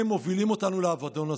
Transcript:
הם מובילים לאבדון הזה.